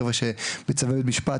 חבר'ה שבצווי בבתי משפט,